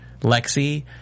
Lexi